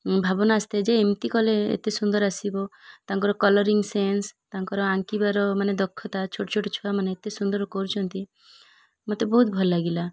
ଭାବନା ଆସତା ଯେ ଏମିତି କଲେ ଏତେ ସୁନ୍ଦର ଆସିବ ତାଙ୍କର କଲରିଂ ସେନ୍ସ ତାଙ୍କର ଆଙ୍କିବାର ମାନେ ଦକ୍ଷତା ଛୋଟ ଛୋଟ ଛୁଆମାନେ ଏତେ ସୁନ୍ଦର କରୁଛନ୍ତି ମୋତେ ବହୁତ ଭଲ ଲାଗିଲା